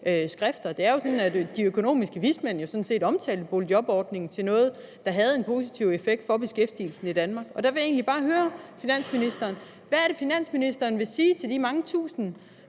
omtalt. Det er jo sådan, at de økonomiske vismænd sådan set omtalte boligjobordningen som noget, der har en positiv effekt på beskæftigelsen i Danmark. Jeg vil egentlig bare høre finansministeren: Hvad er det, finansministeren vil sige til de mange tusinde